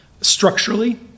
Structurally